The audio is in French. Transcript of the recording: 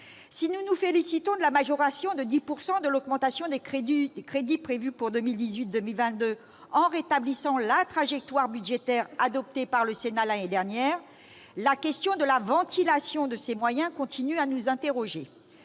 si nous nous félicitons de la majoration de 10 % de l'augmentation des crédits prévus pour la période 2018-2022, qui rétablit la trajectoire budgétaire adoptée par le Sénat l'année dernière, la question de la ventilation de ces moyens continue à susciter des